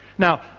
now,